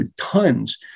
Tons